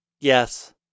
Yes